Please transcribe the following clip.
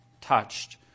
touched